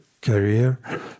career